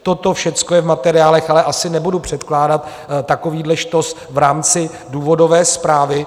Toto všechno je v materiálech, ale asi nebudu překládat takovýhle štos v rámci důvodové zprávy.